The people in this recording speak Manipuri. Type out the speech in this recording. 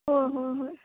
ꯍꯣꯏ ꯍꯣꯏ ꯍꯣꯏ